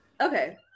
Okay